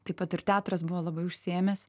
taip pat ir teatras buvo labai užsiėmęs